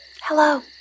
Hello